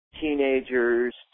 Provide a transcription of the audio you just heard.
teenagers